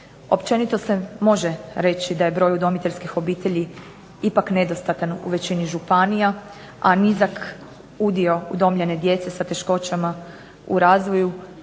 Općenito se može reći da je broj udomiteljskih obitelji ipak nedostatan u većini županija, a nizak udio udomljene djece sa teškoćama u razvoju,